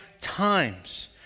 times